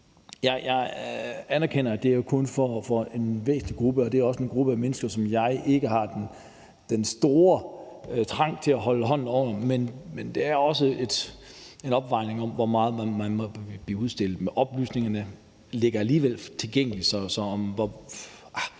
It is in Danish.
Jeg anerkender, at det handler om en bestemt gruppe mennesker, og det er også en gruppe mennesker, som jeg ikke har den store trang til at holde hånden over, men det er også en afvejning af, hvor meget man må blive udstillet, for oplysningerne ligger alligevel tilgængelige. Jeg vil i hvert